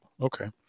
okay